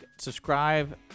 Subscribe